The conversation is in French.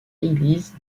l’église